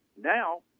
Now